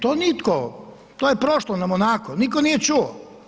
To nitko, to je prošlo nam onako, nitko nije čuo.